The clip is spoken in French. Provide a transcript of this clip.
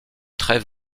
très